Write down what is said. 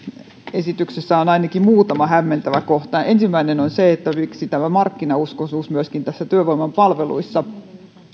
esityksessä on ainakin muutama hämmentävä kohta ensimmäinen on se miksi tämä markkinauskoisuus myöskin näissä työvoimapalveluissa